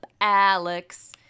Alex